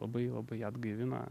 labai labai ją atgaivina